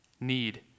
need